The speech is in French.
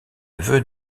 neveu